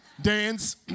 Dance